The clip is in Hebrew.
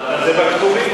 זה בכתובים,